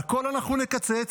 מהכול אנחנו נקצץ,